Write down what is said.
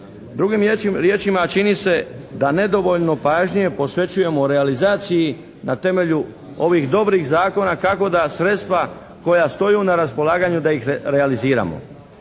Drugim riječima, čini se da nedovoljno pažnje posvećujemo realizaciji na temelju ovih dobrih zakona kako da sredstva koja stoje na raspolaganju da ih realiziramo.